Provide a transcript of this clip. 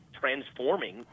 transforming